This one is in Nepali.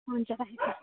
हुन्छ राखेँ त